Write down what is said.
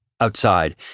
Outside